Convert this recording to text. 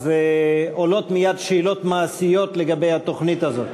עולות מייד שאלות מעשיות לגבי התוכנית הזאת.